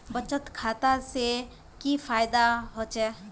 बचत खाता से की फायदा होचे?